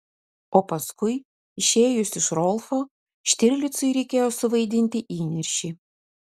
o paskui išėjus iš rolfo štirlicui reikėjo suvaidinti įniršį